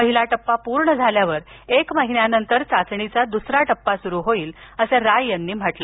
पहिला टप्पा पूर्ण झाल्यावर एक महिन्यानंतर चाचणीचा दुसरा टप्पा सुरू होईल असं राय यांनी सांगितलं